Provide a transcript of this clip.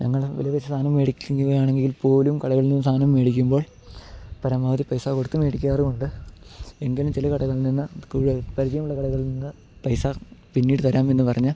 ഞങ്ങളെ വില പേശി സാധനം മേടിക്കുകയാണെങ്കിൽ പോലും കടകളിൽ നിന്ന് സാധനം മേടിക്കുമ്പോൾ പരമാവധി പൈസ കൊടുത്ത് മേടിക്കാറുമുണ്ട് എങ്കിലും ചില കടകളിൽ നിന്ന് ഇവിടെ പരിചയമുള്ള കടകളിൽ നിന്ന് പൈസ പിന്നീട് തരാമെന്ന് പറഞ്ഞാൽ